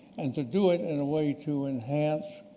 and to do it in a way to enhance